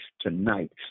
tonight